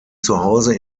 zuhause